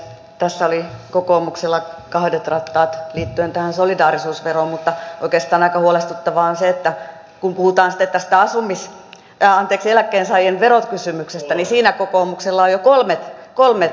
tässä oli kokoomuksella kahdet rattaat liittyen tähän solidaarisuusveroon mutta oikeastaan aika huolestuttavaa on se että kun puhutaan sitten tästä eläkkeensaajien verokysymyksestä niin siinä kokoomuksella on jo kolmet rattaat